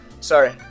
Sorry